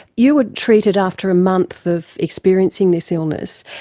you were treated after a month of experiencing this illness.